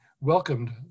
welcomed